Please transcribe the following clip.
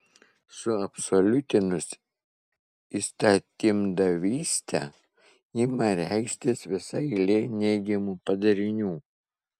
suabsoliutinus įstatymdavystę ima reikštis visa eilė neigiamų padarinių